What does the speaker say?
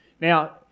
Now